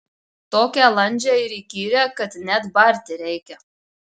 tokią landžią ir įkyrią kad net barti reikia